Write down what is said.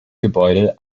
gebäude